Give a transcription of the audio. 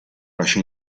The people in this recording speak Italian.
lascia